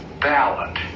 ballot